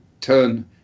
turn